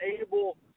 able